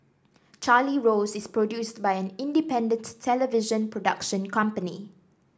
Charlie Rose is produced by an independent television production company